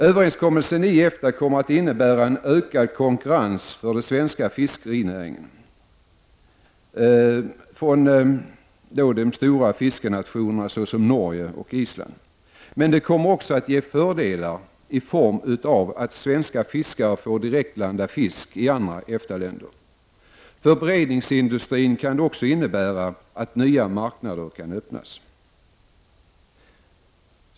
Överenskommelsen i EFTA kommer att innebära en ökad konkurrens från stora fiskenationer såsom Norge och Island för den svenska fiskerinäringen. Men den kommer också att ge fördelar i form av att svenska fiskare får direktlanda fisk i andra EFTA-länder. För beredningsindustrin kan det också innebära att nya marknader kan öppnas.